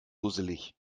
dusselig